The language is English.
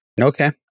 Okay